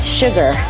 sugar